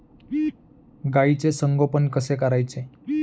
गाईचे संगोपन कसे करायचे?